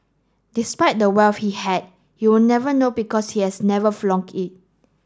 despite the wealth he had you would never know because he has never flaunt it